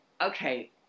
Okay